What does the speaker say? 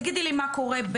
תגידי לי מה קורה,